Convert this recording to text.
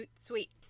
Sweet